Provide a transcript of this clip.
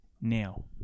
Now